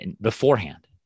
beforehand